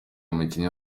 umukinnyi